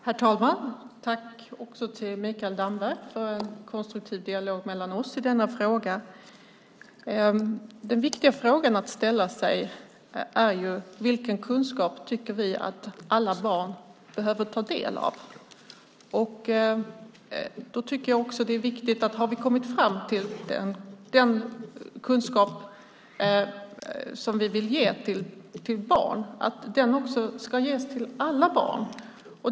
Herr talman! Tack också till Mikael Damberg för en konstruktiv dialog mellan oss i denna fråga. Den viktiga frågan att ställa sig är: Vilken kunskap tycker vi att alla barn behöver ta del av? Har vi då kommit fram till vilken kunskap vi vill ge till barn tycker jag att det är viktigt att den också ska ges till alla barn.